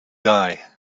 die